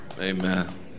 Amen